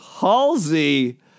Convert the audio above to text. Halsey